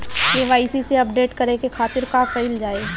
KYC update करे के खातिर का कइल जाइ?